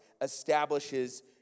establishes